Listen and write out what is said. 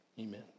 Amen